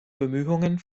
bemühungen